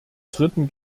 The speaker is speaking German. dritten